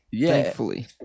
thankfully